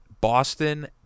Boston